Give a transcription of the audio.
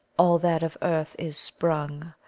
all that of earth is sprung,